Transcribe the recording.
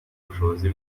ubushobozi